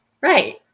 Right